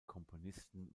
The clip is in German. komponisten